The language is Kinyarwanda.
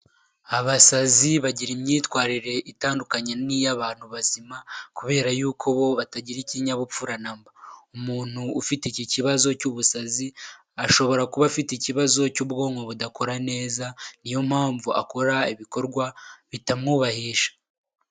Abasazi bagira imyitwarire itandukanye n'iy'abantu bazima kubera yuko bo batagira ikinyabupfura namba, umuntu ufite iki kibazo cy'ubusazi ashobora kuba afite ikibazo cy'ubwonko budakora neza niyo mpamvu akora ibikorwa bitamwubahisha.